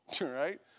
Right